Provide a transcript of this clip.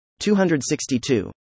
262